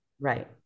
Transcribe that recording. Right